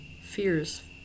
fears